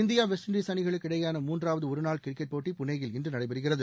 India West Indies அணிகளுக்கு இடையேயான மூன்றாவது ஒருநாள் கிரிக்கெட் போட்டி புனேயில் இன்று நடைபெறுகிறது